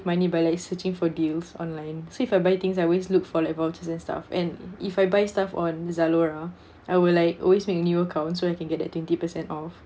money by like searching for deals online so if I buy things I always look for like vouchers and stuff and if I buy stuff on Zalora I will Iike always make new account so I can get that twenty percent off